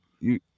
you-